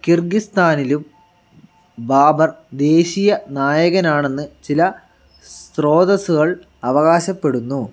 കിർഗിസ്ഥാനിലും ബാബർ ദേശീയ നായകനാണെന്ന് ചില സ്രോതസ്സുകൾ അവകാശപ്പെടുന്നു